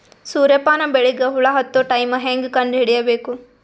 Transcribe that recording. ಸೂರ್ಯ ಪಾನ ಬೆಳಿಗ ಹುಳ ಹತ್ತೊ ಟೈಮ ಹೇಂಗ ಕಂಡ ಹಿಡಿಯಬೇಕು?